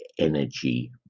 energy